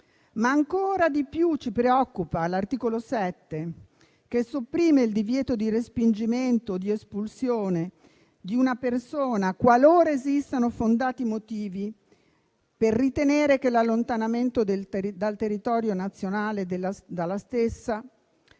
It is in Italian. Ancora di più ci preoccupa l'articolo 7, che sopprime il divieto di respingimento e di espulsione di una persona, qualora esistano fondati motivi per ritenere che il suo allontanamento dal territorio nazionale comporti